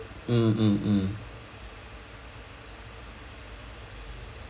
mm mm mm